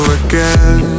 again